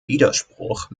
widerspruch